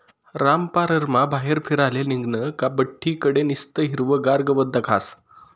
रामपाररमा बाहेर फिराले निंघनं का बठ्ठी कडे निस्तं हिरवंगार गवत दखास